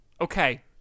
okay